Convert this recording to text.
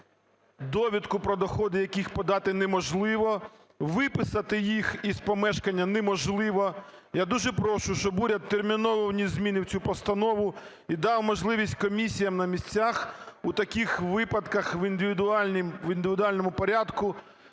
довідку про доходи яких подати неможливо, виписати їх із помешкання неможливо. Я дуже прошу, щоб уряд терміново вніс зміни в цю постанову і дав можливість комісіям на місцях у таких випадках в індивідуальному порядку